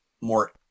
more